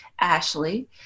Ashley